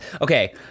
okay